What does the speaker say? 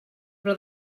però